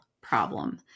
problem